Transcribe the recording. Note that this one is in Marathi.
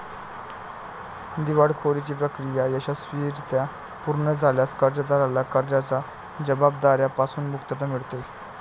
दिवाळखोरीची प्रक्रिया यशस्वीरित्या पूर्ण झाल्यास कर्जदाराला कर्जाच्या जबाबदार्या पासून मुक्तता मिळते